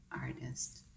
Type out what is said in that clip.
artist